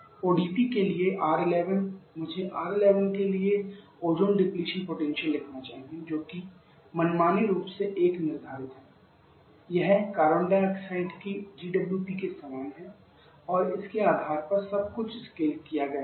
ODP के लिए R 11 मुझे R 11 के लिए ओजोन डिप्लीशन पोटेंशियल लिखना चाहिए जोकि मनमाने रूप से 1 निर्धारित है यह कार्बन डाइऑक्साइड की जीडब्ल्यूपी के समान है और इसके आधार पर सब कुछ स्केल किया गया है